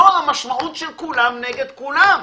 זו המשמעות של כולם נגד כולם.